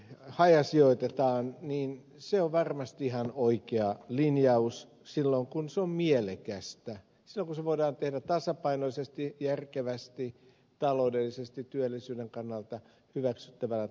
se että hajasijoitetaan on varmasti ihan oikea linjaus silloin kun se on mielekästä silloin kun se voidaan tehdä tasapainoisesti järkevästi taloudellisesti työllisyyden kannalta hyväksyttävällä tavalla